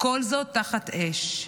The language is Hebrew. וכל זאת תחת אש.